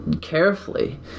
carefully